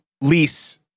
lease